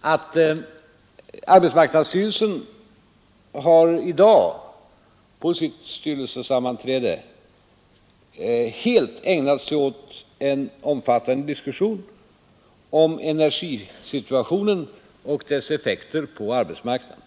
att arbetsmarknadsstyrelsen på sitt styrelsesammanträde i dag helt har ägnat sig åt en omfattande diskussion om energisituationen och dess effekter på arbetsmarknaden.